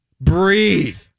Breathe